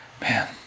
Man